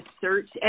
search